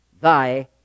Thy